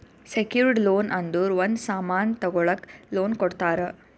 secured loan ಅಂದುರ್ ಒಂದ್ ಸಾಮನ್ ತಗೊಳಕ್ ಲೋನ್ ಕೊಡ್ತಾರ